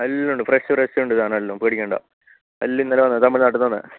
എല്ലാം ഉണ്ട് fresh fresh ഉണ്ട് സാധനമെല്ലാം പേടിക്കേണ്ട എല്ലാം ഇന്നലെ വന്ന തമിഴ്നാട്ടിൽ നിന്ന് വന്ന